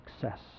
success